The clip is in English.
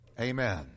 Amen